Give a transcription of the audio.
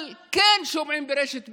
אבל כן שומעים, ברשת ב'